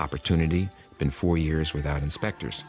opportunity in four years without inspectors